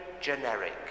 generic